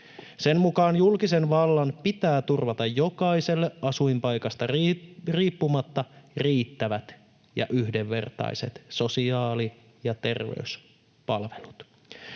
Sen mukaan julkisen vallan pitää turvata jokaiselle asuinpaikasta riippumatta riittävät ja yhdenvertaiset sosiaali- ja terveyspalvelut.